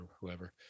whoever